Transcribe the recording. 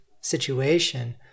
situation